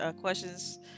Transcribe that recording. questions